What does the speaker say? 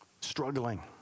struggling